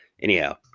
anyhow